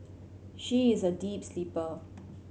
she is a deep sleeper